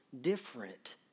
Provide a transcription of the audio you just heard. different